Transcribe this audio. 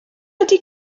ydy